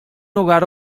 hogar